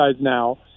now